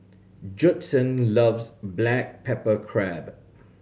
Judson loves black pepper crab